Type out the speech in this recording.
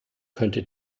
könnte